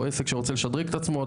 או עסק שרוצה לשדרג את עצמו,